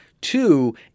Two